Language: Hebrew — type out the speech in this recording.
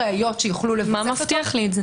אני חייבת לדעת מי המתלוננת.